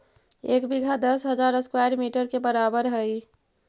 एक बीघा दस हजार स्क्वायर मीटर के बराबर हई